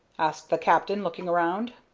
asked the captain, looking around.